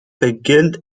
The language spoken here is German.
beginnt